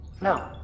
No